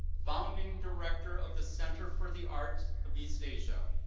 founding director of the center for the art of east asia,